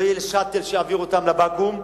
לא יהיה "שאטל" שיעביר אותם לבקו"ם,